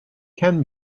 can